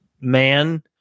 man